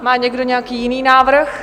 Má někdo nějaký jiný návrh?